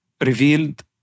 revealed